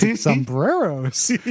Sombreros